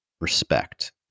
respect